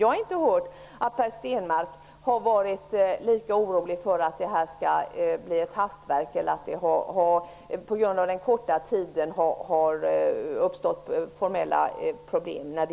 Jag har inte hört att Per Stenmarck har varit lika orolig för att pensionsförslaget skulle bli ett hastverk eller att det där skulle uppstå formella problem.